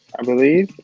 i believe.